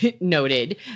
noted